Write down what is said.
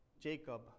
Jacob